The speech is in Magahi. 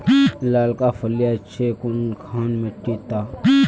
लालका फलिया छै कुनखान मिट्टी त?